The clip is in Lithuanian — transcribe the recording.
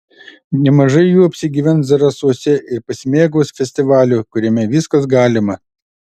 nemažai jų apsigyvens zarasuose ir pasimėgaus festivaliu kuriame viskas galima